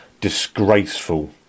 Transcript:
disgraceful